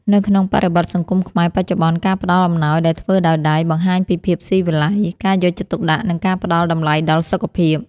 នៅក្នុងបរិបទសង្គមខ្មែរបច្ចុប្បន្ន ការផ្តល់អំណោយដែលធ្វើដោយដៃ បង្ហាញពីភាពស៊ីវិល័យ ការយកចិត្តទុកដាក់ និងការផ្តល់តម្លៃដល់សុខភាព។